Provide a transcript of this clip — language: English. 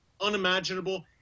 unimaginable